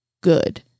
Good